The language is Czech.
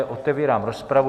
Otevírám rozpravu.